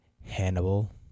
hannibal